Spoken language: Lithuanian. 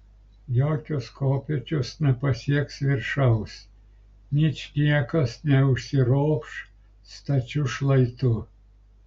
jokios kopėčios nepasieks viršaus ničniekas neužsiropš stačiu šlaitu